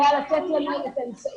עליה לתת לנו את האמצעים,